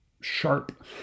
sharp